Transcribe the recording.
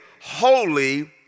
holy